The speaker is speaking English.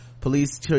police